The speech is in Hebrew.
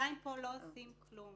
בינתיים פה לא עושים כלום,